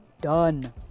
done